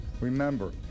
Remember